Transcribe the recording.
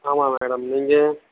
ஆமாம் மேடம் நீங்கள்